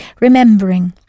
remembering